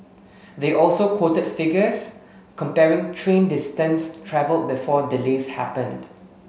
they also quoted figures comparing train distance travelled before delays happened